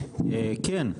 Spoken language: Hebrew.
כן.